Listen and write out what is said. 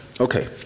Okay